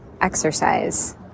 exercise